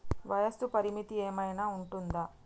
వయస్సు పరిమితి ఏమైనా ఉంటుందా?